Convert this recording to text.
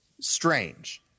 strange